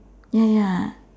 ya ya